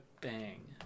bang